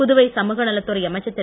புதுவை சமூகநலத் துறை அமைச்சர் திரு